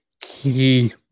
key